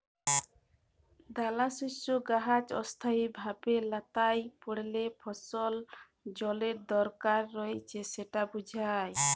দালাশস্যের গাহাচ অস্থায়ীভাবে ল্যাঁতাই পড়লে ফসলের জলের দরকার রঁয়েছে সেট বুঝায়